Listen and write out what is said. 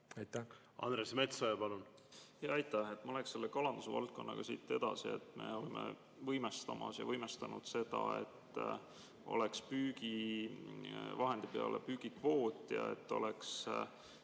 Andres Metsoja, palun!